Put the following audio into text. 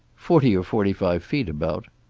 forty or forty-five feet, about.